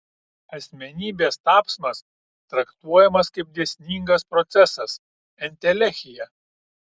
asmenybės tapsmas traktuojamas kaip dėsningas procesas entelechija